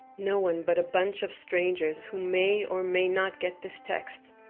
no one but a bunch of strangers who may or may not get this text.